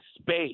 space